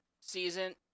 season